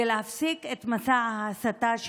ולהפסיק את מסע ההסתה,